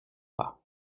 pas